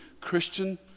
Christian